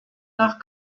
nach